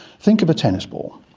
think of a tennis ball,